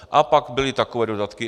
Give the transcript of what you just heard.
A pak byly takové dodatky.